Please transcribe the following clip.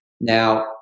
Now